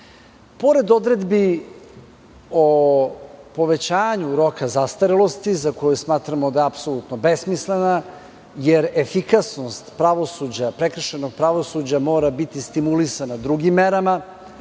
odredbi o povećanju roka zastarelosti, za koju smatramo da je apsolutno besmislena, jer efikasnost pravosuđa mora biti stimulisana drugim merama